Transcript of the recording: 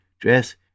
dress